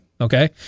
okay